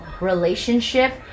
relationship